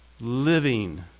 living